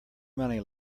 money